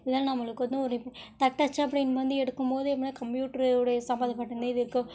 இதெல்லாம் நம்மளுக்கு வந்து ஒரு தட்டச்சா அப்படே நம்ம வந்து எடுக்கும்போது எப்படின்னா கம்ப்யூட்ரு உடைய சம்மந்தப்பட்டுதான் இது இருக்கும்